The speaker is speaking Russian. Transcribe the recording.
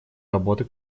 работу